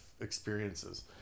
experiences